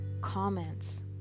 comments